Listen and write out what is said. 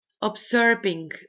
observing